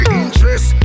interest